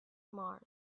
mars